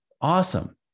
Awesome